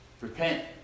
Repent